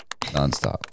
nonstop